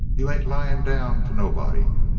you ain't lying down to nobody.